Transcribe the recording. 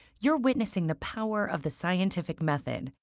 you're witnessing the power of the scientific method.